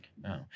No